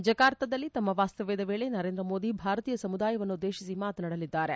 ಜಕಾರ್ತದಲ್ಲಿ ತಮ್ಮ ವಾಸ್ತವ್ಯದ ವೇಳೆ ನರೇಂದ್ರ ಮೋದಿ ಭಾರತೀಯ ಸಮುದಾಯವನ್ನುದ್ದೇಶಿಸಿ ಮಾತನಾಡಲಿದ್ದಾರೆ